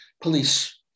police